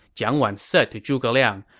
jiang wang said to zhuge liang.